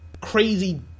crazy